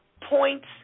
points